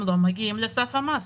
הם לא מגיעים לסף המס.